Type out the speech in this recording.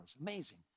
amazing